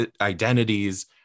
identities